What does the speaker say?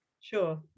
sure